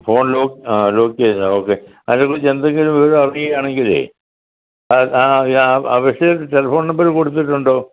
phone lock ആ lock ചെയ്താണ് okay അതിനെ കുറിച്ച് എന്തെങ്കിലും വിവരം അറിയുവാണെങ്കിലേ ആ വിഷയം ടെലിഫോൺ നമ്പർ കൊടുത്തിട്ടുണ്ടോ